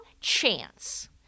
chance